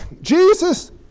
Jesus